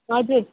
हजुर